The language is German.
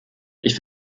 ich